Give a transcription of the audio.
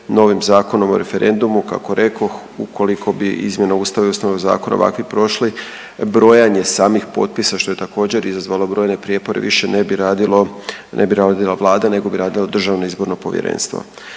novim Zakonom o referendumu kako rekoh ukoliko bi izmjena Ustava i Ustavnog zakona ovakvi prošli brojanje samih potpisa što je također izazvalo brojne prijepore više ne bi radilo, ne bi radila Vlada nego bi radilo Državno izborno povjerenstvo.